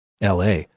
LA